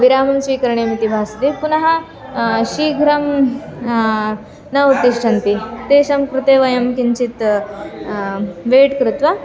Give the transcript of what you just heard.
विरामं स्वीकरणीयमिति भाति पुनः शीघ्रं न उत्तिष्ठन्ति तेषां कृते वयं किञ्चित् वैट् कृत्वा